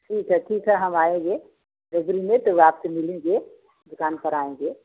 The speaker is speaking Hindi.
ठीक है ठीक है हम आएँगे बबूरी में तब आपसे मिलेंगे दुकान पर आएँगे